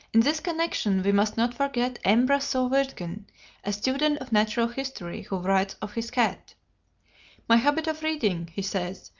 in this connection we must not forget m. brasseur wirtgen a student of natural history who writes of his cat my habit of reading, he says,